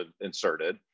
inserted